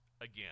again